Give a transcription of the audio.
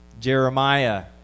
Jeremiah